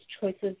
choices